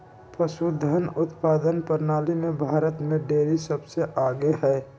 पशुधन उत्पादन प्रणाली में भारत में डेरी सबसे आगे हई